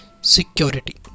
Security